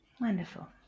wonderful